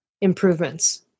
improvements